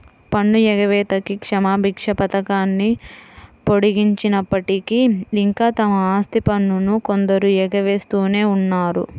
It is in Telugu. పన్ను ఎగవేతకి క్షమాభిక్ష పథకాన్ని పొడిగించినప్పటికీ, ఇంకా తమ ఆస్తి పన్నును కొందరు ఎగవేస్తూనే ఉన్నారు